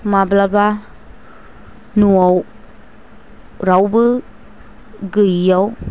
माब्लाबा न'आव रावबो गैयिआव